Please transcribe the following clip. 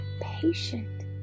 patient